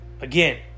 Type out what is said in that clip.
Again